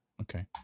Okay